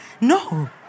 No